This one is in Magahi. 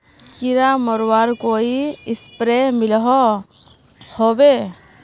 कीड़ा मरवार कोई स्प्रे मिलोहो होबे?